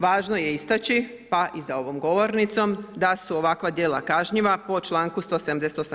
Važno je istaći, pa i za ovom govornicom, da su ovakva djela kažnjiva po članku 178.